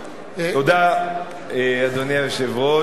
אדוני היושב-ראש,